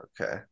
Okay